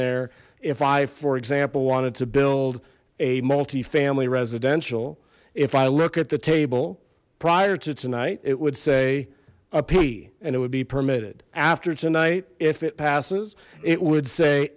there if i for example wanted to build a multi family residential if i look at the table prior to tonight it would say a p and it would be permitted tonight if it passes it would say